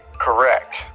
Correct